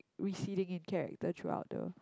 receding in character throughout the